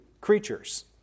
creatures